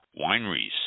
wineries